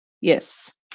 Yes